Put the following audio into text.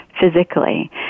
physically